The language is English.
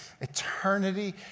eternity